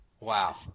Wow